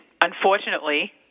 unfortunately